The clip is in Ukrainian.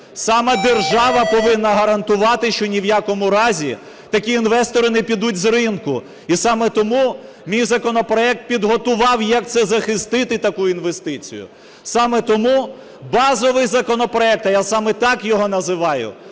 саме держава повинна гарантувати, що ні в якому разі такі інвестори не підуть з ринку. І саме тому мій законопроект підготував як це захистити, таку інвестицію. Саме тому базовий законопроект, а я саме так його називаю,